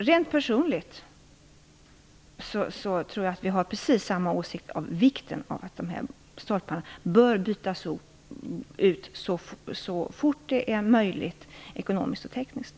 Rent personligt tror jag att vi har precis samma åsikt om vikten av att dessa stolpar bör bytas ut så fort det är möjligt ekonomiskt och tekniskt.